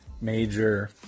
major